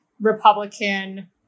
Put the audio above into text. Republican